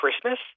Christmas